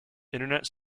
internet